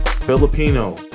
Filipino